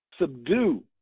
Subdue